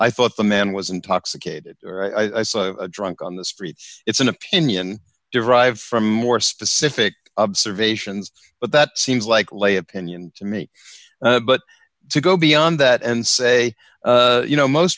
i thought the man was intoxicated or i saw a drunk on the streets it's an opinion derived from more specific observations but that seems like lay opinion to me but to go beyond that and say you know most